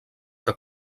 que